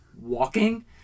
walking